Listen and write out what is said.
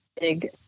big